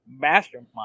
mastermind